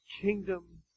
kingdom